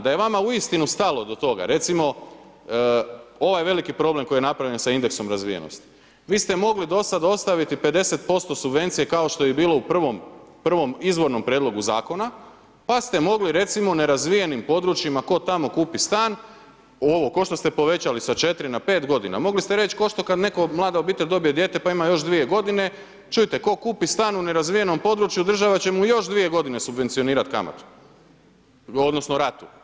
Da je vama uistinu stalo do toga, recimo ovaj veliki problem koji je napravljen sa indeksom razvijenosti, vi ste mogli do sad ostaviti 50% subvencije kao što je i bilo u prvom izvornom Prijedlogu Zakona, pa ste mogli recimo nerazvijenim područjima, tko tamo kupi stan ovo kao što ste povećali sa 4 na 5 godina, mogli ste reći kao što kad neka mlada obitelj dobije dijete pa ima još dvije godine, čujte tko kupi stan u nerazvijenom području, država će mu još dvije godine subvencionirati kamatu, odnosno ratu.